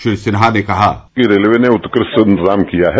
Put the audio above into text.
श्री सिन्हा ने कहा रेलवे ने उत्कृष्ट इंतजाम किया है